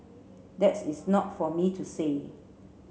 that is not for me to say